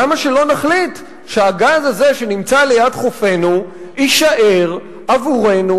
למה שלא נחליט שהגז הזה שנמצא ליד חופינו יישאר עבורנו,